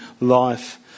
life